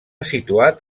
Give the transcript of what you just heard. situat